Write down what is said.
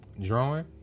drawing